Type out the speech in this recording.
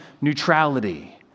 neutrality